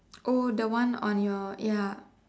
oh the one on your ya